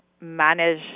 manage